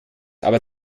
aber